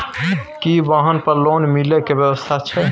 की वाहन पर लोन मिले के व्यवस्था छै?